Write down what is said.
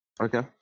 Okay